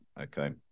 Okay